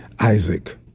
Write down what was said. Isaac